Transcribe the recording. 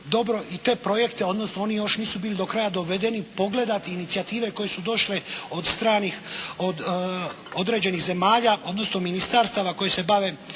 i te projekte odnosno oni još nisu bili do kraja dovedeni pogledati inicijative koje su došle od stranih određenih zemalja odnosno ministarstava koja se bave